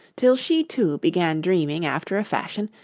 till she too began dreaming after a fashion,